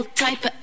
type